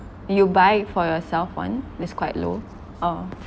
you buy it for yourself [one] this quite low oh